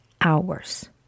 hours